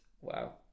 wow